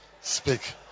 Speak